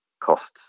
costs